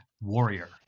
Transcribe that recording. warrior